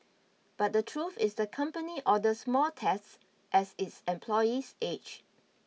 but the truth is the company orders more tests as its employees age